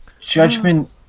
Judgment